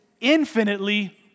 infinitely